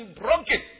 broken